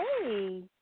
Hey